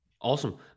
Awesome